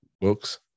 books